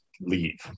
leave